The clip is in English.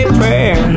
prayer